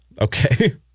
Okay